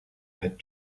had